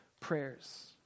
prayers